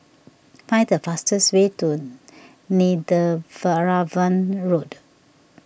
find the fastest way to Netheravon Road